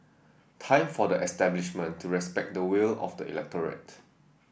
time for the establishment to respect the will of the electorate